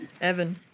Evan